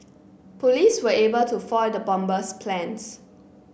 police were able to foil the bomber's plans